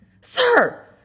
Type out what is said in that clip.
Sir